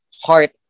heart